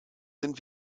sind